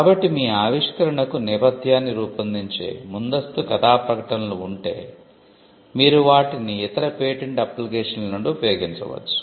కాబట్టి మీ ఆవిష్కరణకు నేపథ్యాన్ని రూపొందించే ముందస్తు కథా ప్రకటనలు ఉంటే మీరు వాటిని ఇతర పేటెంట్ అప్లికేషన్ల నుండి ఉపయోగించవచ్చు